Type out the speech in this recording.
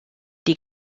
die